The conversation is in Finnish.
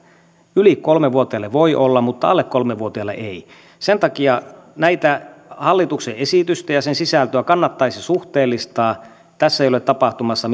yli kolme vuotiaalle voi olla mutta alle kolme vuotiaalle ei sen takia tätä hallituksen esitystä ja sen sisältöä kannattaisi suhteellistaa tässä ei ole tapahtumassa